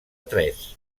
tres